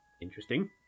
interesting